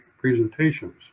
presentations